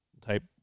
type